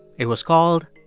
it was called.